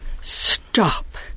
stop